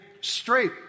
straight